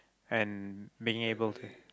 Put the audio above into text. and being able